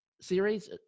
series